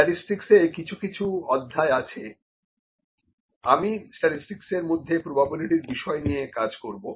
স্ট্যাটিসটিকসে এ কিছু কিছু অধ্যায় আছে আমি স্ট্যাটিসটিকসের মধ্যে প্রোবাবিলিটির বিষয় নিয়ে কাজ করবো